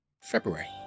February